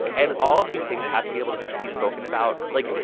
and all of these things have to be able to be spoken about. like,